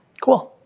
cool,